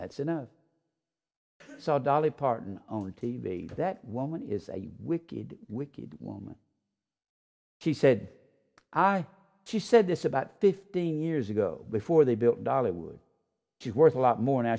that's enough so dolly parton on t v that woman is a wicked wicked woman she said i she said this about fifteen years ago before they built dollywood she's worth a lot more now